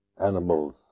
animals